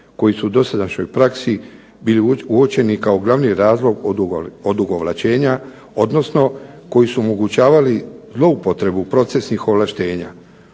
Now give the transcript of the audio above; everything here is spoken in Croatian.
koji su u dosadašnjoj praksi bili uočeni kao glavni razlog odugovlačenja, odnosno koji su omogućavali zloupotrebu procesnih ovlaštenja.